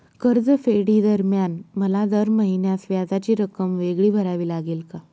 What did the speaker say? कर्जफेडीदरम्यान मला दर महिन्यास व्याजाची रक्कम वेगळी भरावी लागेल का?